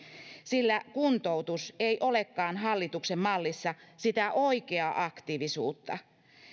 sillä kuntoutus ei olekaan hallituksen mallissa sitä oikeaa aktiivisuutta